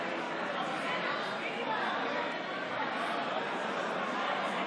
יש פה חיילים שבדיוק יוצאים מהאולם.